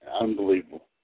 unbelievable